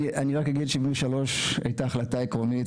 אני רק אגיד ש-1973 הייתה החלטה עקרונית,